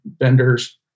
vendors